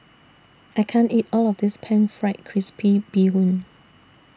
I can't eat All of This Pan Fried Crispy Bee Hoon